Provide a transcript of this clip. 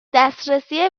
دسترسی